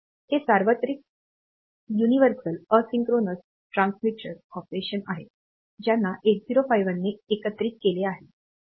हे सार्वत्रिक asynchronous receiver transmitter operations आहेत ज्याना 8051 ने एकत्रित केले आहे